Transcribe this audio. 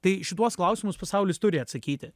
tai šituos klausimus pasaulis turi atsakyti